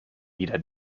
wieder